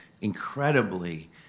incredibly